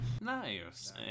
nice